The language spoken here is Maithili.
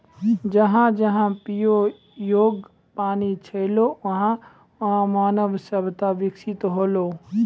जहां जहां पियै योग्य पानी छलै वहां वहां मानव सभ्यता बिकसित हौलै